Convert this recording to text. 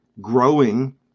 growing